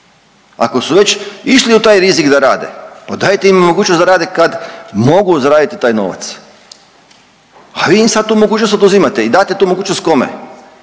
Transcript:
Ako su već išli u taj rizik da rade pa dajte im mogućnost da rade kad mogu zaraditi taj novac. A vi im sad tu mogućnost oduzimate i date tu mogućnost kome?